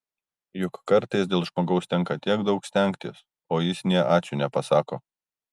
juk kartais dėl žmogaus tenka tiek daug stengtis o jis nė ačiū nepasako